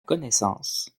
connaissance